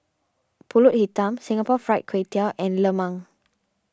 Pulut Hitam Singapore Fried Kway Tiao and Lemang